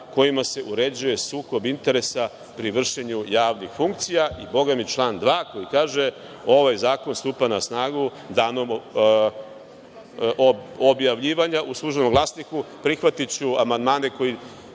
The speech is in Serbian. kojima se uređuje sukob interesa pri vršenju javnih funkcija. I član 2. koji kaže – ovaj zakon stupa na snagu danom objavljivanja u „Službenom Glasniku“, prihvatiću amandmane koji